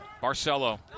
Barcelo